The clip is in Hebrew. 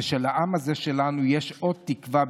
ושלעם הזה שלנו יש עוד תקווה,